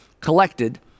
collected